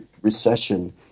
recession